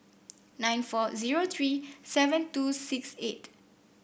nine four zero three seven two six eight